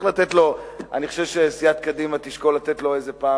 אני חושב שסיעת קדימה תשקול לתת לו פעם